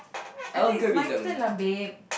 I think it's my turn lah babe